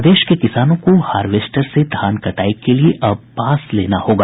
प्रदेश के किसानों को हार्वेस्टर से धान कटाई के लिए अब पास लेना होगा